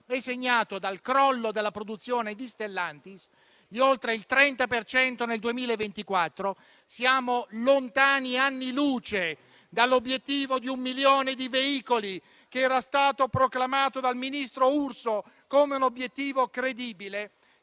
è segnato dal crollo della produzione di Stellantis di oltre il 30 per cento nel 2024. Siamo lontani anni luce dall'obiettivo di un milione di veicoli che era stato proclamato dal ministro Urso come credibile